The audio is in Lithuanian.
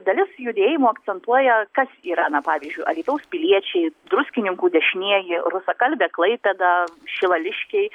dalis judėjimų akcentuoja kas yra na pavyzdžiui alytaus piliečiai druskininkų dešinieji rusakalbė klaipėda šilališkiai